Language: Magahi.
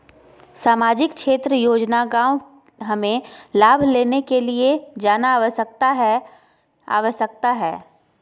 सामाजिक क्षेत्र योजना गांव हमें लाभ लेने के लिए जाना आवश्यकता है आवश्यकता है?